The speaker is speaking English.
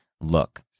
look